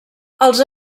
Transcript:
els